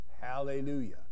Hallelujah